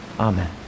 Amen